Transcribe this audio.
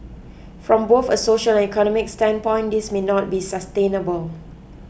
from both a social and economic standpoint this may not be sustainable